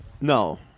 No